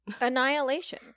annihilation